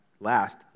last